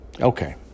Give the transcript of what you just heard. Okay